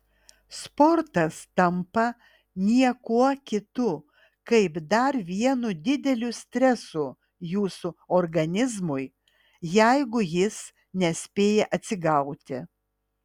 sportas tampa niekuo kitu kaip dar vienu dideliu stresu jūsų organizmui jeigu jis nespėja atsigauti